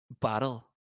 battle